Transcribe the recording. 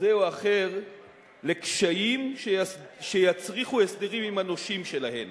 כזה או אחר לקשיים שיצריכו הסדרים עם הנושים שלהן.